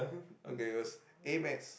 okay it was A-maths